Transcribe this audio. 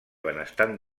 benestant